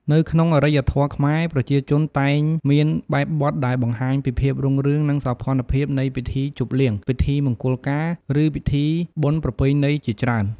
នៅក្នុងអរិយធម៌ខ្មែរប្រជាជនតែងមានបែបបទដែលបង្ហាញពីភាពរុងរឿងនិងសោភ័ណភាពនៃពិធីជប់លៀង ពិធីមង្គលការ ឬពិធីបុណ្យប្រពៃណីជាច្រើន។